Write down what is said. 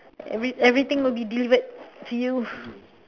every everything will be delivered to you